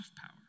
power